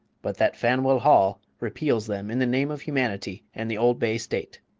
but that faneuil hall repeals them in the name of humanity and the old bay state!